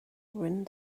wind